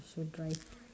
so dry